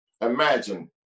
Imagine